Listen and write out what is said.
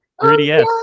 3ds